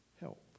help